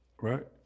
right